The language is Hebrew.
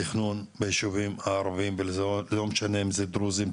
התכנון בישובים הערבים ולא משנה אם זה דרוזים,